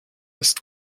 ist